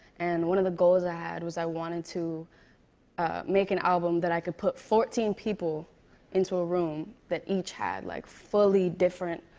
and one of the goals i had was i wanted to make an album that i could put fourteen people into a room that each had, like, fully different,